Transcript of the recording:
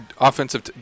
offensive